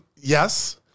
Yes